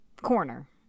corner